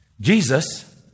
Jesus